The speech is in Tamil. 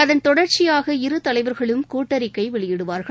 அதன் தொடர்ச்சியாக இரு தலைவர்களும் கூட்டறிக்கை வெளியிடுவார்கள்